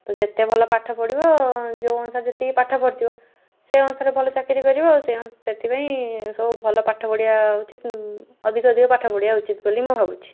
ତ ଯେତେ ଭଲ ପାଠ ପଢ଼ିବ ଯେଉଁ ଅନୁସାରେ ଯେତିକି ପାଠ ପଢ଼ିଥିବ ସେ ଅନୁସାରେ ଭଲ ଚାକିରି କରିବ ସେଇ ସେଥିପାଇଁ ସବୁ ଭଲ ପାଠ ପଢ଼ିବା ଉଚିତ୍ ଅଧିକ ଅଧିକ ପାଠ ପଢ଼ିବା ଉଚିତ୍ ବୋଲି ମୁଁ ଭାବୁଛି